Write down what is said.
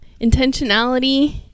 intentionality